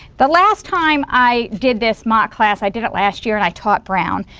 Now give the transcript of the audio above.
the last time i did this mock class, i did it last year and i taught brown.